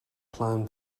plan